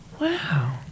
Wow